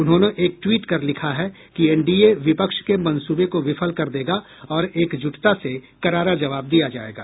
उन्होंने एक ट्वीट कर लिखा है कि एनडीए विपक्ष के मंसूबे को विफल कर देगा और एकजुटता से करारा जवाब दिया जायेगा